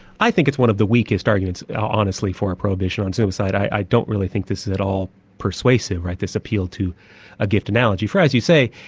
i think it's one of the weakest arguments honestly for a prohibition on suicide. i don't really think this is at all persuasive, this appeal to a gift analogy. for as you say,